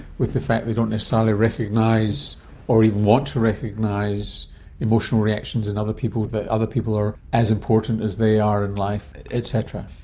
with the fact they don't necessarily recognise or even want to recognise emotional reactions in and other people, that other people are as important as they are in life et cetera.